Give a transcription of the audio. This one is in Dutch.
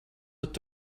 het